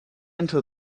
into